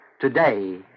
Today